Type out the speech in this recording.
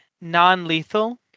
non-lethal